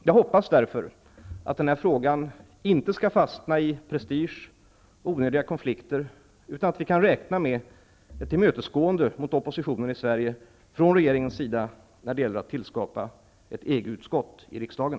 Jag hoppas därför att den här frågan inte skall fastna i prestige och onödiga konflikter utan att vi kan räkna med ett tillmötesgående mot oppositionen i Sverige från regeringens sida när det gäller att tillskapa ett EG-utskott i riksdagen.